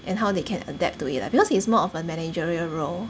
and how they can adapt to it lah because he's more of a managerial role